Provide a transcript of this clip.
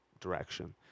direction